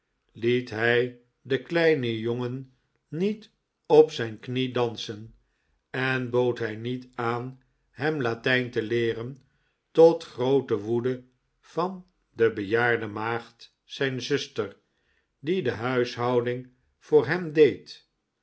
liet hij den kleinen jongen niet op zijn knie dansen en bood hij niet aan hem latijn te leeren tot groote woede van de bejaarde maagd zijn zuster die de huishouding voor hem deed